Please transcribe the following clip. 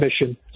mission